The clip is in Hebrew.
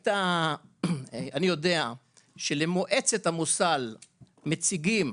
אני יודע שלמועצת המוסד לבטיחות ולגיהות מציגים,